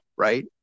Right